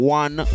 one